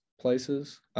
places